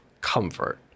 comfort